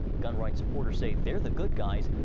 gun rights supporters say they're the good guys,